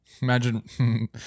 Imagine